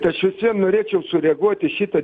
tai aš vis vien norėčiau sureaguot į šitą